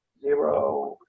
zero